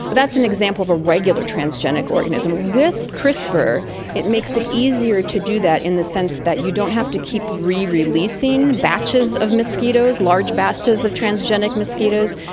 that's an example of a regular transgenic organism. with crispr it makes it easier to do that in the sense that you don't have to keep rereleasing batches of mosquitoes, large batches of transgenic mosquitoes.